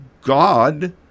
God